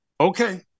Okay